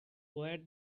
where